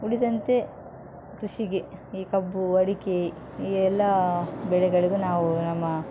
ಉಳಿದಂತೆ ಕೃಷಿಗೆ ಈ ಕಬ್ಬು ಅಡಿಕೆ ಈ ಎಲ್ಲ ಬೆಳೆಗಳಿಗೂ ನಾವು ನಮ್ಮ